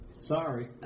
Sorry